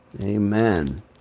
Amen